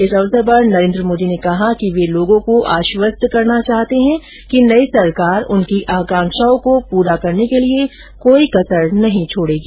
इस अवसर पर नरेन्द्र मोदी ने कहा कि वे लोगो को आश्वस्त करना चाहते हैं कि नई सरकार उनकी आकांक्षाओं को पूरा करने के लिए कोई कसर नहीं छोड़ेगी